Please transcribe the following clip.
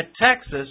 Texas